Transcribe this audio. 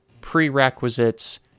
prerequisites